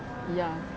ya